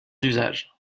d’usage